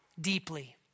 deeply